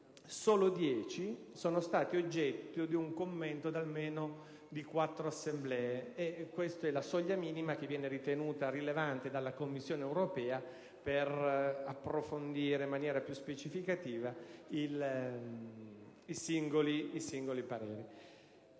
solo 10 sono stati oggetto di commenti da almeno quattro Assemblee (questa è la soglia minima che viene ritenuta rilevante dalla Commissione europea per approfondire in maniera più specifica i singoli pareri).